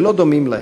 ולא דומים להם,